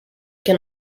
can